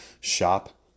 shop